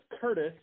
Curtis